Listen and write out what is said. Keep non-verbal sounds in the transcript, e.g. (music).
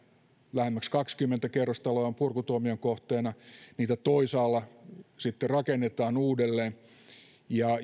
lähemmäs kaksikymmentä kerrostaloa on purkutuomion kohteena niitä toisaalla sitten rakennetaan uudelleen ja (unintelligible)